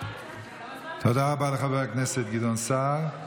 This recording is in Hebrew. תודה רבה לחבר הכנסת גדעון סער.